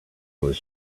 was